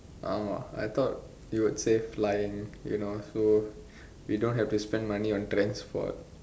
ஆமா:aamaa I thought you would say flying you know so you don't have to spend money on transport